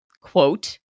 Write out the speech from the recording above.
quote